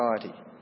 society